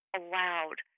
allowed